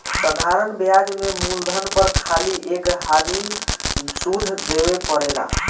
साधारण ब्याज में मूलधन पर खाली एक हाली सुध देवे परेला